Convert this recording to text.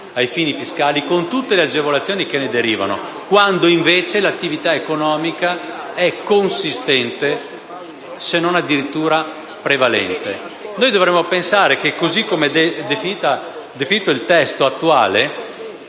ai fini fiscali, con tutte le agevolazioni che ne derivano, quando l'attività economica è consistente, se non addirittura prevalente. Noi dovremmo pensare che, così come definito nel testo attuale,